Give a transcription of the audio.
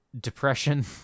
depression